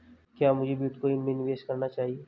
क्या मुझे बिटकॉइन में निवेश करना चाहिए?